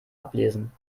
ablesen